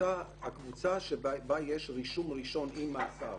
הקבוצה שבה יש רישום ראשון עם מאסר